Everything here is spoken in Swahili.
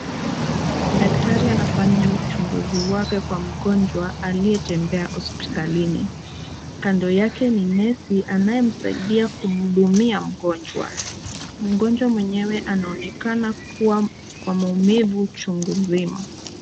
Daktari anafanya uchunguzi wake kwa mgonjwa aliyetembea hospitalini. Kando yake ni nesi anayemsaidia kuhudumia mgonjwa. Mgonjwa mwenyewe anaonekana kuwa kwa maumivu chungu mzima.